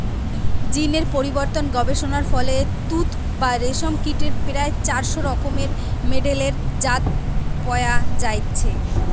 জীন এর পরিবর্তন গবেষণার ফলে তুত বা রেশম কীটের প্রায় চারশ রকমের মেডেলের জাত পয়া যাইছে